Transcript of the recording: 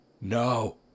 no